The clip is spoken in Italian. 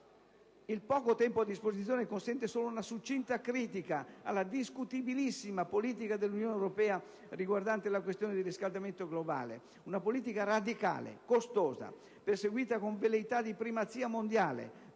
Il poco tempo a disposizione consente solo una succinta critica della discutibilissima politica dell'Unione europea riguardante la questione del riscaldamento globale, una politica radicale, costosa, perseguita con velleità di primazia mondiale,